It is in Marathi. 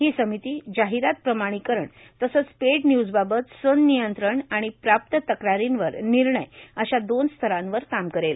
ही समिती जाहिरात प्रमाणीकरण तसेच पेड न्यूजबाबत संनियंत्रण आणि प्राप्त तक्रारींवर निर्णय अशा दोन स्तरांवर काम करेल